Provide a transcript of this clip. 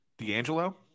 D'Angelo